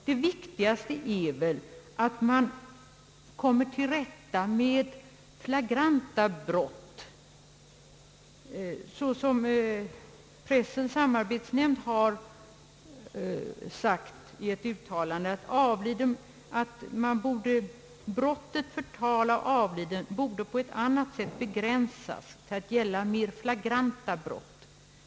Det viktigaste är väl att komma till rätta med flagranta brott. Pressens samarbetsnämnd har i ett uttalande hävdat att definitionen av brottet förtal mot avliden borde på ett eller annat sätt begränsas till att gälla mer flagranta brott.